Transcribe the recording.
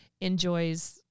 enjoys